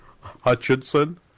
Hutchinson